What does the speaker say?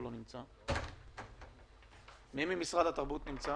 מי כן נמצא